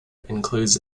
includes